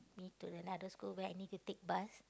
me to another school when I need to take bus